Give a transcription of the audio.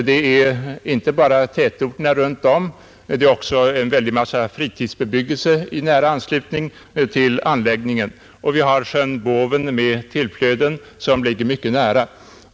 Vi har inte bara tätorterna runt om utan också en stor mängd fritidsbebyggelse i nära anslutning till anläggningen. Även sjön Båven med tillflöden ligger mycket nära.